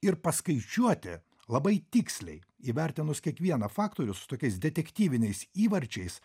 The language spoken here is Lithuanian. ir paskaičiuoti labai tiksliai įvertinus kiekvieną faktorių su tokiais detektyviniais įvarčiais